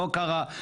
לא קרה.